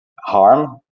harm